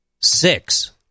Six